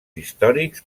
històrics